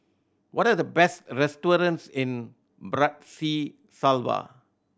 what are the best restaurants in Bratislava